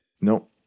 Nope